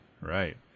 right